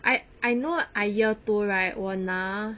I I know I year two right 我拿